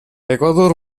эквадор